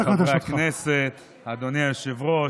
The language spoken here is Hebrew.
חבריי חברי הכנסת, אדוני היושב-ראש,